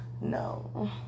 no